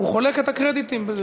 הוא חולק את הקרדיטים.